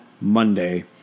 Monday